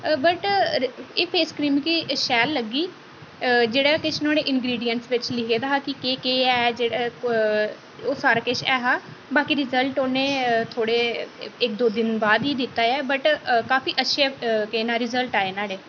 but एह् face cream मिगी शैल लग्गी जेह्ड़ा कि श नुआढ़े इंग्रीडिएंट्स बिच लिखे दा हा कि केह् ऐ ओह् सारा केश ऐ हा बाकी रिजल्ट औन्ने थोड़े एक्क दो देन बाद ही दित्ता ऐ बट काफी अच्छे रिजल्ट आए न नोआड़े